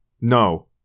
No